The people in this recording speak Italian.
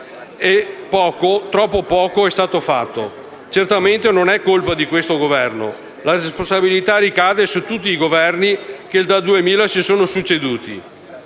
e poco, troppo poco, è stato fatto. Certamente non è colpa di questo Governo. La responsabilità ricade su tutti i Governi che dal 2000 si sono succeduti.